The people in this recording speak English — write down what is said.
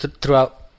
throughout